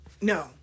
No